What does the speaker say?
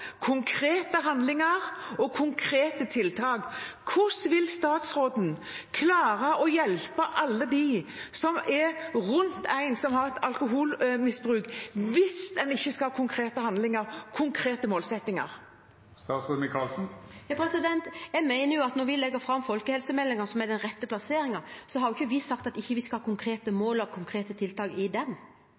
konkrete handlinger og konkrete tiltak. Hvordan vil statsråden klare å hjelpe alle dem som er rundt en person som misbruker alkohol, hvis en ikke skal ha konkrete handlinger og konkrete målsettinger? Vi har jo ikke sagt at vi når vi legger fram folkehelsemeldingen, som er den rette plasseringen for dette, ikke skal ha konkrete mål og konkrete tiltak i den.